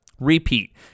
Repeat